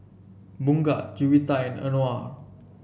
Bunga Juwita and Anuar